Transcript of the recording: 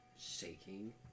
shaking